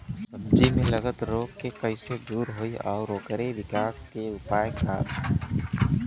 सब्जी में लगल रोग के कइसे दूर होयी और ओकरे विकास के उपाय का बा?